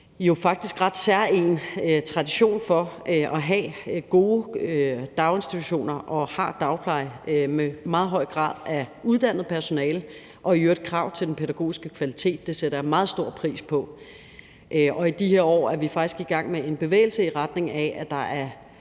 vi jo faktisk en ret særegen tradition for at have gode daginstitutioner og har dagpleje med en meget høj grad af uddannet personale og i øvrigt krav til den pædagogiske kvalitet. Det sætter jeg meget stor pris på. Og i de her år er vi faktisk i gang med en bevægelse i retning af, at der